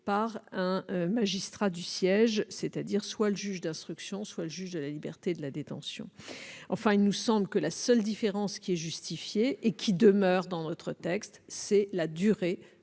par un magistrat du siège, soit le juge d'instruction, soit le juge des libertés et de la détention. Enfin, il nous semble que la seule différence qui soit justifiée, et qui demeure dans notre texte, c'est la durée